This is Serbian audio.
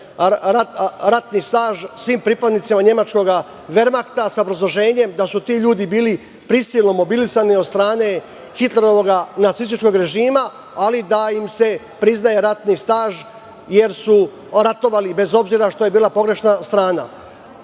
ratni staž svim pripadnicima nemačkog Vermahta sa obrazloženjem da su ti ljudi bili prisilno mobilisani od strane Hitlerovog nacističkog režima, ali da im se priznaje ratni staž jer su ratovali bez obzira što je bila pogrešna strana. Hoću